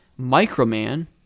Microman